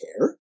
care